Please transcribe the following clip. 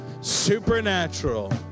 supernatural